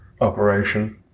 operation